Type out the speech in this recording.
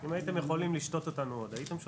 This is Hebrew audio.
אם הייתם יכולים לשתות אותנו עוד, הייתם שותים.